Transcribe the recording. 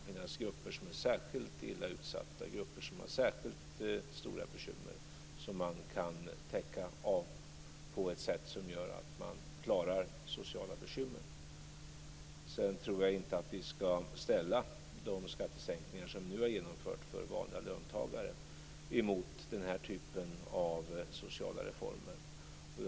Det kan finnas särskilt illa utsatta grupper som kan täckas på ett sådant sätt att man klarar sociala bekymmer. Jag tror vidare inte att vi ska ställa de skattesänkningar som vi nu har genomfört för vanliga löntagare emot den här typen av sociala reformer.